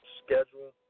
schedule